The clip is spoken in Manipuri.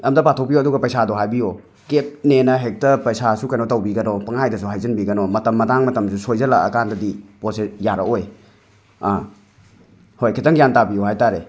ꯑꯝꯇ ꯄꯥꯊꯣꯛꯄꯤꯌꯣ ꯑꯗꯨꯒ ꯄꯩꯁꯥꯗꯣ ꯍꯥꯏꯕꯤꯌꯣ ꯀꯦꯕꯅꯦꯅ ꯍꯦꯛꯇ ꯄꯩꯁꯥꯁꯨ ꯀꯩꯅꯣ ꯇꯧꯕꯤꯒꯅꯣ ꯄꯪꯍꯥꯏꯗꯖꯨ ꯍꯥꯏꯖꯤꯟꯕꯤꯒꯅꯣ ꯃꯇꯝ ꯃꯇꯥꯡ ꯃꯇꯝꯖꯨ ꯁꯣꯏꯖꯜꯂꯛꯑꯀꯥꯟꯗꯗꯤ ꯄꯣꯠꯁꯦ ꯌꯥꯔꯛꯑꯣꯏ ꯑꯥ ꯍꯣꯏ ꯈꯤꯇꯪ ꯒ꯭ꯌꯥꯟ ꯇꯥꯕꯤꯌꯣ ꯍꯥꯏꯇꯔꯦ